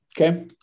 Okay